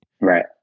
right